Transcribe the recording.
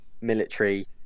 military